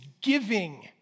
giving